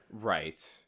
Right